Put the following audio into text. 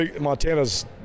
Montana's